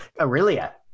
Aurelia